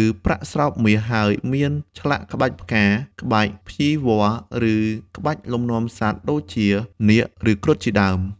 ឬប្រាក់ស្រោបមាស ហើយមានឆ្លាក់ក្បាច់ផ្កា ក្បាច់ភ្ញីវល្លិ ឬក្បាច់លំនាំសត្វ ដូចជានាគ ឬគ្រុឌ ជាដើម។